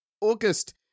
August